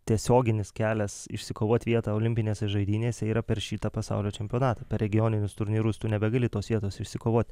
tiesioginis kelias išsikovot vietą olimpinėse žaidynėse yra per šitą pasaulio čempionatą per regioninius turnyrus tu nebegali tos vietos išsikovot